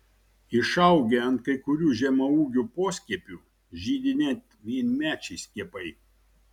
išaugę ant kai kurių žemaūgių poskiepių žydi net vienmečiai skiepai